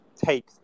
Take